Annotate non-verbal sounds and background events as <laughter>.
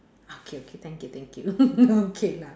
okay okay thank you thank you <laughs> okay lah